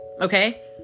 okay